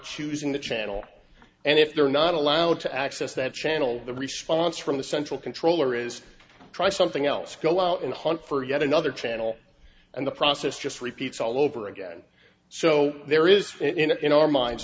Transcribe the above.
choosing the channel and if they're not allowed to access that channel the response from the central controller is try something else go out and hunt for yet another channel and the process just repeats all over again so there is in our minds